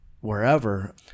wherever